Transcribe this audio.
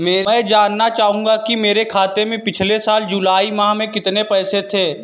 मैं जानना चाहूंगा कि मेरे खाते में पिछले साल जुलाई माह में कितने पैसे थे?